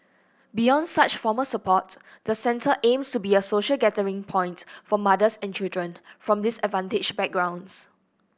beyond such formal support the centre aims to be a social gathering point for mothers and children from disadvantaged backgrounds